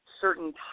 certain